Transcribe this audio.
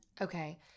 Okay